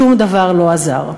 שום דבר לא עזר.